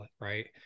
right